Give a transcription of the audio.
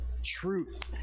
Truth